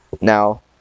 now